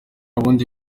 bundi